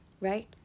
right